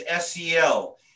SEL